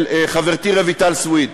של חברתי רויטל סויד.